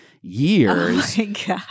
years